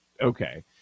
Okay